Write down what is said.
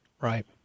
right